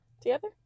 Together